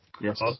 Yes